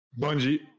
Bungie